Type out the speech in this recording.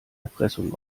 erpressung